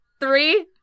Three